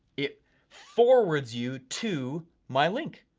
it forwards you to my link.